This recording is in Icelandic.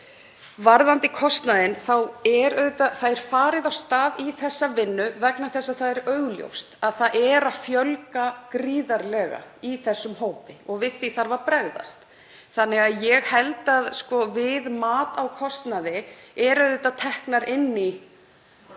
Varðandi kostnaðinn er farið af stað í þessa vinnu vegna þess að það er augljóst að það er að fjölga gríðarlega í þessum hópi og við því þarf að bregðast. Ég held að við mat á kostnaði séu auðvitað teknar inn í